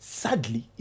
sadly